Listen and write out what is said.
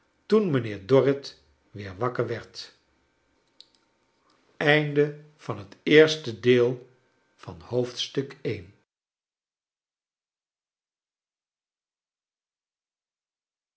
toen mijnheer dorrit weer wakker werd